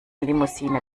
limousine